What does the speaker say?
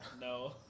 no